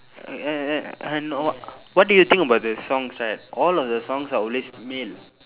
uh uh err no what do you think about the songs right all of the songs are always male